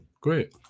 Great